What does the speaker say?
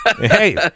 hey